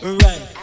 right